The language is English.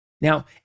Now